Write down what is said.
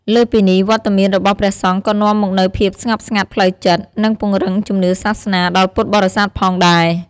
លើសពីនេះ វត្តមានរបស់ព្រះសង្ឃក៏នាំមកនូវភាពស្ងប់ស្ងាត់ផ្លូវចិត្ត និងពង្រឹងជំនឿសាសនាដល់ពុទ្ធបរិស័ទផងដែរ។